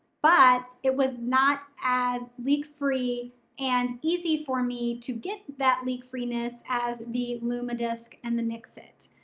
but it was not as leak free and easy for me to get that leak freeness as the lumma disc and the nixit.